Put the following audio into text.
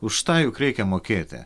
už tą juk reikia mokėti